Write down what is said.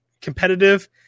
competitive